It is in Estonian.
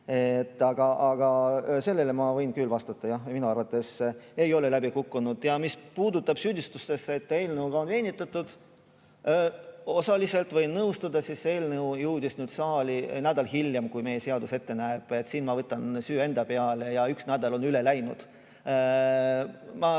Sellele ma võin küll vastata: jah, minu arvates ei ole läbi kukkunud. Mis puutub süüdistustesse, et eelnõuga on venitatud, siis osaliselt võin nõustuda. Eelnõu jõudis saali nädal hiljem, kui meie seadus ette näeb. Siin ma võtan süü enda peale, üks nädal on üle läinud.